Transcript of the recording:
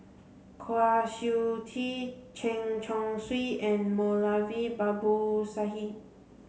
Kwa Siew Tee Chen Chong Swee and Moulavi Babu Sahib